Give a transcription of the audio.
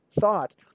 thought